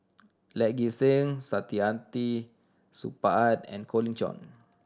Lee Gek Seng Saktiandi Supaat and Colin Cheong